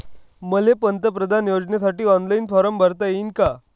मले पंतप्रधान योजनेसाठी ऑनलाईन फारम भरता येईन का?